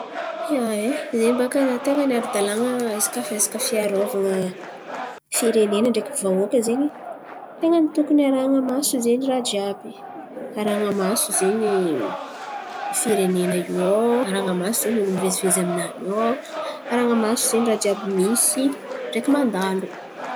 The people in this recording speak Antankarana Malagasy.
Ia e, zen̈y bàka raha ten̈a ny ara-dalàn̈a resaka resaka fiarôvan̈a firenena ndreky vahoaka zen̈y. Ten̈a ny tokony arahan̈a maso zen̈y raha jiàby. Arahan̈a maso zen̈y firenena io ao. Arahan̈a maso zen̈y olo mivezivezy aminany io ao. Arahan̈a maso zen̈y raha jiàby misy ndreky mandalo.